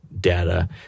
data